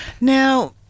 Now